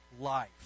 life